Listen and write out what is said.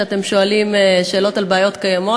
שאתם שואלים שאלות על בעיות קיימות.